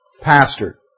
Pastor